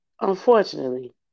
Unfortunately